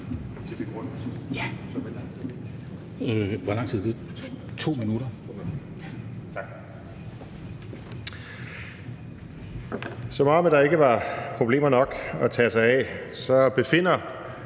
Som om der ikke var problemer nok at tage sig af, befinder